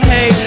Hey